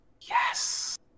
yes